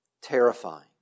terrifying